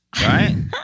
right